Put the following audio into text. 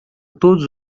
todos